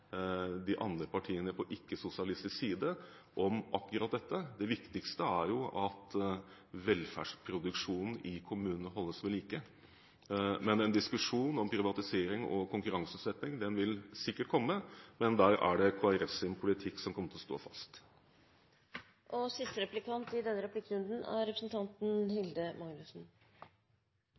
de andre partiene på ikke-sosialistisk side om akkurat dette. Det viktigste er jo at velferdsproduksjonen i kommunene holdes ved like. En diskusjon om privatisering og konkurranseutsetting vil sikkert komme, men der kommer Kristelig Folkepartis politikk til å stå fast. Jeg vil følge opp den første replikken min til representanten Bekkevold. Det er